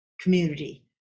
community